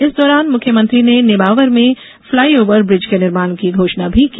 इस दौरान मुख्यमंत्री ने नेमावर में फ्लाई ओवर ब्रिज के निर्माण की घोषणा भी की